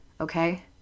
okay